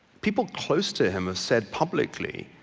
people close to him have said publically,